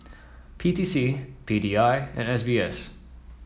P T C P D I and S B S